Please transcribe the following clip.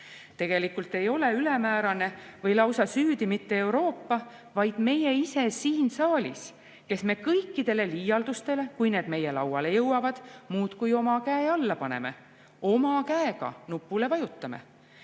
Tegelikult ei ole ülemäära [nõudlik] või lausa süüdi mitte Euroopa, vaid meie ise siin saalis, kes me kõikidele liialdustele, kui need meie lauale jõuavad, muudkui oma käe alla paneme, oma käega nupule vajutame.